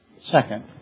second